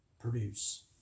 produce